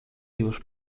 już